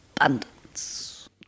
abundance